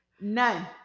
None